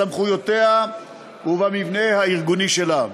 בסמכויותיה ובמבנה הארגוני שלה.